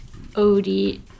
Odie